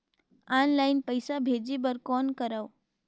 Online पईसा भेजे बर कौन करव?